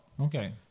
Okay